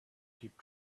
keep